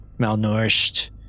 malnourished